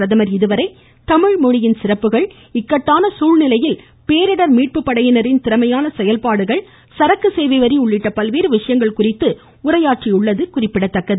பிரதமா் இதுவரை தமிழ்மொழியின் சிறப்புகள் இக்கட்டான சூழ்நிலையில் பேரிடா் மீட்பு படையினரின் திறமையான செயல்பாடுகள் சரக்கு சேவை வரி உள்ளிட்ட பல்வேறு விசயங்கள் குறித்து உரையாற்றியுள்ளது குறிப்பிடத்தக்கது